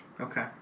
Okay